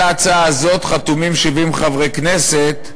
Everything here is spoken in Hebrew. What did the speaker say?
על ההצעה הזאת חתומים 70 חברי כנסת.